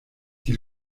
die